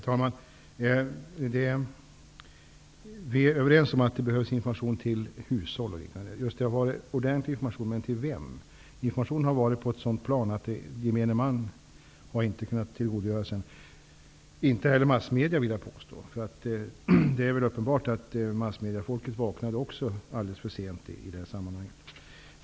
Herr talman! Vi är överens om att det behövs information till hushåll t.ex. Ja, det har getts ordentlig information, men till vem? Information har alltså getts, men på ett plan där gemene man inte kunnat tillgodogöra sig den. Jag vill påstå att massmedia också vaknat alldeles för sent i det här sammanhanget.